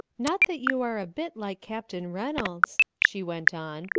not that you are a bit like captain reynolds, she went on.